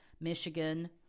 Michigan